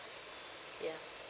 ya